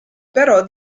però